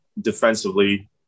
defensively